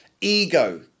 Ego